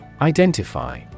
Identify